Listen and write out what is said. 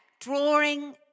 drawing